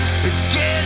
again